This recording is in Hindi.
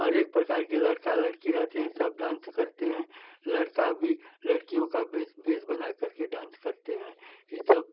हर एक प्रकार के लड़का लड़की रहते हैं सब डांस करते हैं लड़का भी लडकियों का भेष भेष बनाकर के डांस करते हैं ये सब